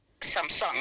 Samsung